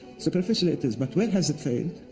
superficially, it is, but where has it failed?